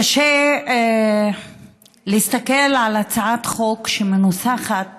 קשה להסתכל על הצעת חוק שמנוסחת